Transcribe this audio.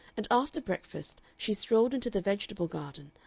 and after breakfast she strolled into the vegetable garden,